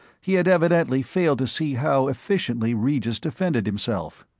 he had evidently failed to see how efficiently regis defended himself.